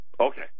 Okay